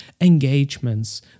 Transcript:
engagements